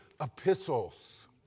Epistles